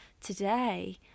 today